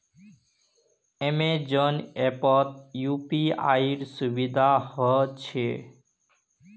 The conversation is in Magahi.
अमेजॉन ऐपत यूपीआईर सुविधा ह छेक